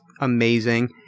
amazing